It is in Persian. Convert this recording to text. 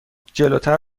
جلوتر